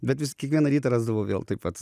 bet jis kiekvieną rytą rasdavo vėl taip pat